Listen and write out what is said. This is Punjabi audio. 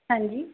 ਹਾਂਜੀ